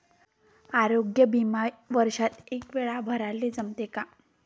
आरोग्य बिमा वर्षात एकवेळा भराले जमते का?